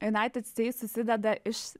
united states susideda iš